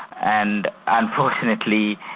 and unfortunately,